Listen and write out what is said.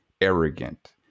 arrogant